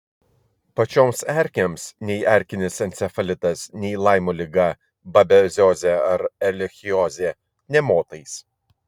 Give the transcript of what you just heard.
pačioms erkėms nei erkinis encefalitas nei laimo liga babeziozė ar erlichiozė nė motais